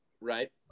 right